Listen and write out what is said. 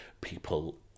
people